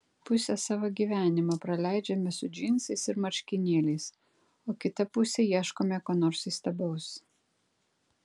pusę savo gyvenimo praleidžiame su džinsais ir marškinėliais o kitą pusę ieškome ko nors įstabaus